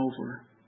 over